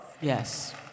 Yes